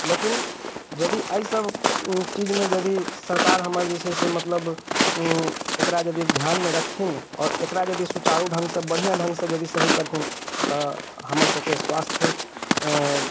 लेकिन यदि अइ सभ चीजमे यदि सरकार हमर जे छै से मतलब एकरा यदि ध्यानमे रखथिन आओर एकरा यदि सुचारू ढङ्गसँ बढ़िआँ ढङ्गसँ यदि सही करथिन तऽ हमर सभके स्वास्थ अऽ